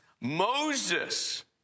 Moses